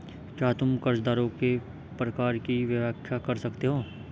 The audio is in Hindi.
क्या तुम कर्जदारों के प्रकार की व्याख्या कर सकते हो?